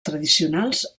tradicionals